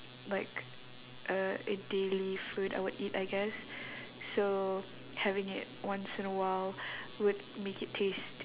like uh a daily food I would eat I guess so having it once in a while would make it taste